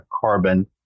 carbon